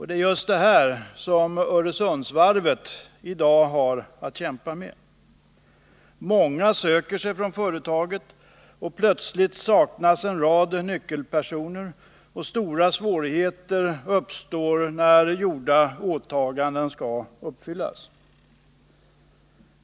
Det är just det här som Öresundsvarvet i dag har att kämpa med. Många söker sig från företaget, plötsligt saknas en rad nyckelpersoner, och stora svårigheter uppstår när gjorda åtaganden skall uppfyllas.